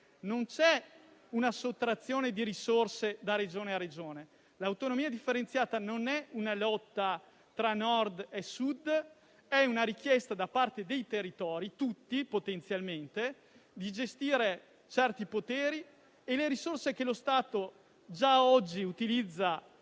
non c'è una sottrazione di risorse da Regione a Regione. L'autonomia differenziata non è una lotta tra Nord e Sud, ma è una richiesta da parte dei territori - potenzialmente tutti - di gestire certi poteri e le risorse che lo Stato già oggi utilizza